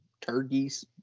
turkeys